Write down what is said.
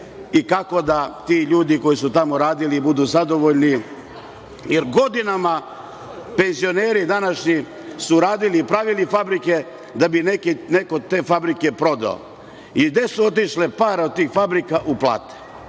i kako da ti ljudi koji su tamo radili budu zadovoljni, jer godinama penzioneri današnji su radili i pravili fabrike da bi neko te fabrike prodao? Gde su otišle pare od tih fabrika? U plate,